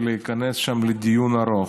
ולהיכנס שם לדיון ארוך.